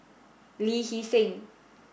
Lee Hee Seng